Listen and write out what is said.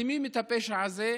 ומעצימים את הפשע הזה.